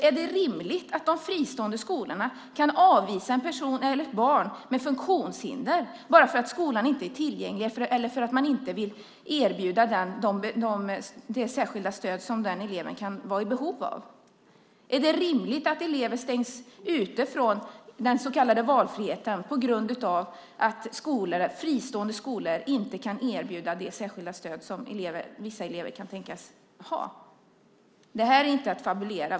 Är det rimligt att de fristående skolorna kan avvisa ett barn med funktionshinder bara för att skolan inte är tillgänglig eller för att man inte vill erbjuda det särskilda stöd som den eleven kan vara i behov av? Är det rimligt att elever stängs ute från den så kallade valfriheten på grund av att fristående skolor inte kan erbjuda det särskilda stöd som vissa elever kan tänkas ha? Det här är inte att fabulera.